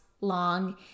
long